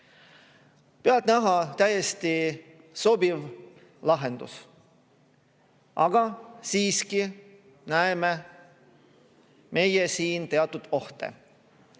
Pealtnäha täiesti sobiv lahendus. Aga siiski näeme meie siin teatud ohte.